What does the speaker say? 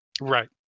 Right